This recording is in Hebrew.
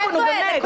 באמת.